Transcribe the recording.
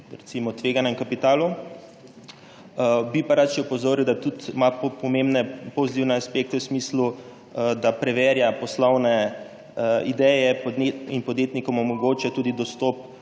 recimo že tveganem kapitalu. Bi pa rad še opozoril, da ima tudi pomembne pozitivne aspekte v smislu, da preverja poslovne ideje in podjetnikom omogoča dostop